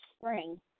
spring